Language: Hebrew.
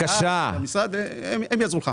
הם יעזרו לך.